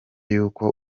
yuko